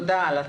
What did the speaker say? תודה אלה.